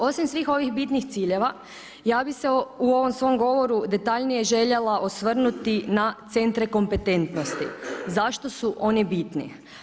Osim svih ovih bitnih ciljeva, ja bi se u ovom svom govoru detaljnije željela osvrnuti na centre kompetentnosti, zašto su oni bitni.